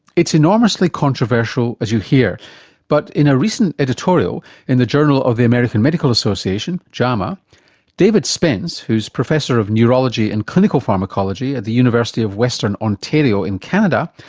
it's enormously controversial as you'll hear but in a recent editorial in the journal of the american medical association ah david spence, who's professor of neurology and clinical pharmacology at the university of western ontario in canada,